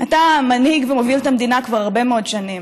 אתה מנהיג ומוביל את המדינה כבר הרבה מאוד שנים.